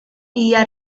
hija